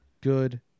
Good